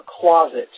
closet